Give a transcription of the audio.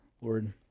Lord